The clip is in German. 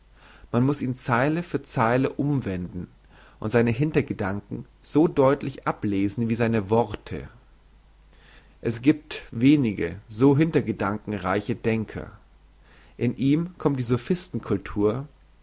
man muss ihn zeile für zeile umwenden und seine hintergedanken so deutlich ablesen wie seine worte es giebt wenige so hintergedankenreiche denker in ihm kommt die